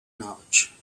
knowledge